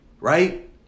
right